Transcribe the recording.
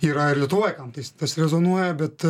yra ir lietuvoj kam tai tas rezonuoja bet